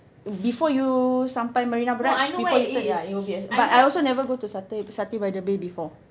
before you sampai Marina Barrage before you turn ya it will be as~ but I also never go to satay satay by the bay before